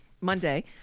Monday